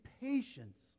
patience